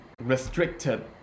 restricted